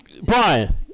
Brian